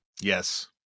Yes